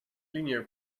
linear